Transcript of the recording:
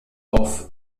auf